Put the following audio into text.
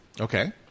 Okay